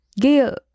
Gail